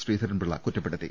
Sreedharan Pillai കൂറ്റപ്പെടുത്തി